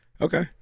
Okay